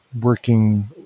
working